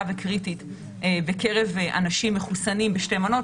וקריטית בקרב אנשים מחוסנים בשתי מנות,